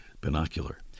binocular